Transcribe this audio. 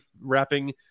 wrapping